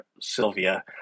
Sylvia